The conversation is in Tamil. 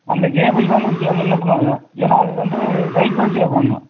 அந்த கேபிள் தான் கொஞ்சம் முன்னே பின்னே வரும் ஏன்னால் அதுக்கு வந்து ஹை க்வாலிட்டியாக போடணும்